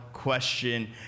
question